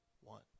one